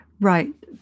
Right